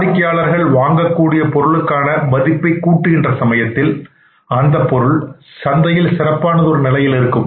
வாடிக்கையாளர் வாங்கக்கூடிய பொருளுக்கான மதிப்பை கூட்டுகின்ற சமயத்தில் அந்த பொருள் சந்தையில் சிறப்பானதொரு நிலையில் இருக்கும்